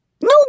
No